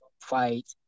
fight